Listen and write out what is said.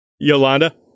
Yolanda